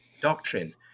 doctrine